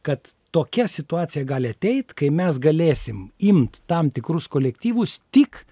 kad tokia situacija gali ateit kai mes galėsim imt tam tikrus kolektyvus tik